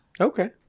Okay